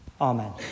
Amen